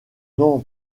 non